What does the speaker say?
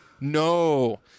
No